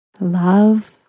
Love